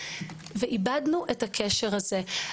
ואיבדנו את הקשר הזה.